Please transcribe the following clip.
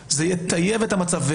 זה יטייב את המצב.